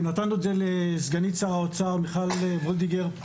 ונתנו אותה לסגנית שר האוצר מיכל וולדיגר,